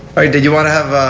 did you want to have